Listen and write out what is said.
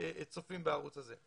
צופים בערוץ הזה.